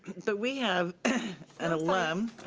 but we have an alum.